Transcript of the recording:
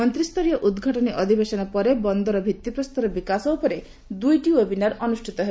ମନ୍ତ୍ରିସ୍ତରୀୟ ଉଦ୍ଘାଟନୀ ଅଧିବେଶନ ପରେ ବନ୍ଦର ଭିଭିଭୂମି ବିକାଶ ଉପରେ ଦୁଇଟି ଓ୍ୱେବିନାର ଅନୁଷ୍ଠିତ ହେବ